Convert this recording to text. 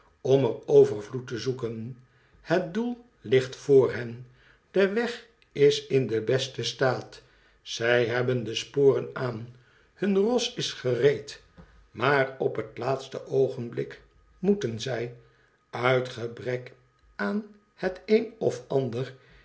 om er overvloed te zoeken het doel ligt vr hen de weg is in den besten staat zij hebben de sporen aan hun ros is gereed maar op het laatste oogenblik moeten zij uit gebrek aan het een of ander